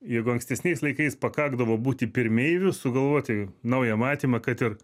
jeigu ankstesniais laikais pakakdavo būti pirmeiviu sugalvoti naują matymą kad ir